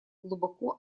глубоко